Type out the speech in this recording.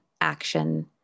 action